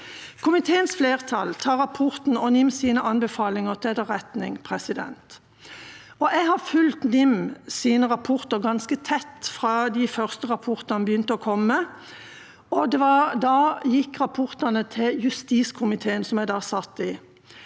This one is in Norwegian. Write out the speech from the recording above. Komiteens flertall tar rapporten og NIMs anbefalinger til etterretning. Jeg har fulgt NIMs rapporter ganske tett fra de første rapportene kom. Da gikk rapportene til justiskomiteen, som jeg satt i,